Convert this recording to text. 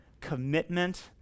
commitment